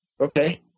Okay